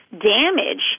damage